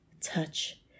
touch